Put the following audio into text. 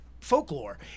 folklore